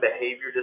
behavior